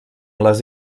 les